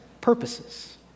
purposes